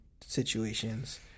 situations